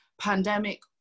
pandemic